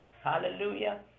Hallelujah